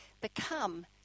become